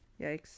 Yikes